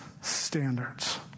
standards